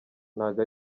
ntago